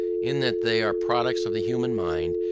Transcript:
in that they are products of the human mind,